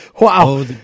Wow